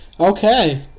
Okay